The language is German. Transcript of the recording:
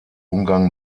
umgang